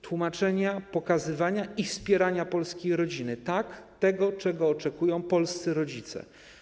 Tłumaczenie, pokazywanie i wspieranie polskiej rodziny - tak, tego oczekują polscy rodzice.